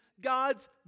God's